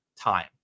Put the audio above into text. time